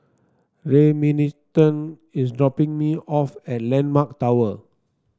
Remington is dropping me off at landmark Tower